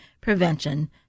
prevention